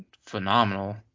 phenomenal